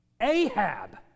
Ahab